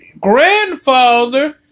grandfather